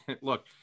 look